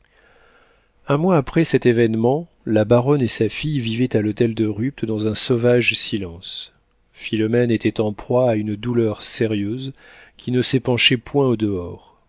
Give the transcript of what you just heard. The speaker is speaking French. un mois après cet événement la baronne et sa fille vivaient à l'hôtel de rupt dans un sauvage silence philomène était en proie à une douleur sérieuse qui ne s'épanchait point au dehors